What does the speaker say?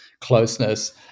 closeness